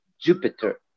Jupiter